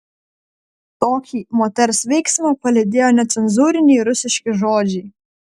tokį moters veiksmą palydėjo necenzūriniai rusiški žodžiai